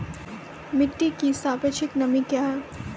मिटी की सापेक्षिक नमी कया हैं?